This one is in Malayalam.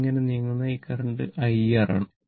ഇങ്ങനെ നീങ്ങുന്ന ഈ കറന്റ് IR ആണ്